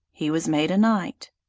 he was made a knight.